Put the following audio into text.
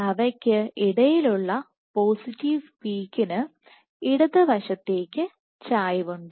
അവയ്ക്ക് ഇടയിലുള്ള പോസിറ്റീവ് പീക്കിന്ഇടത് വശത്തേക്ക് ചായ്വുണ്ട്